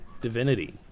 divinity